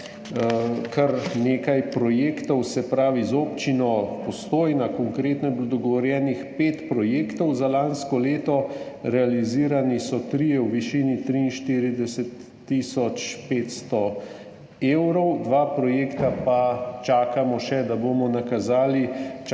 kar nekaj projektov, se pravi, konkretno z Občino Postojna je bilo dogovorjenih pet projektov za lansko leto, realizirani so trije v višini 43 tisoč 500 evrov, dva projekta pa še čakamo, da bomo nakazali, čakamo